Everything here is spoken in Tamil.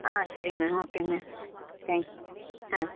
ஆ சரிங்க ஓகேங்க தேங்க்ஸ் ஆ